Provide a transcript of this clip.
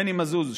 מני מזוז,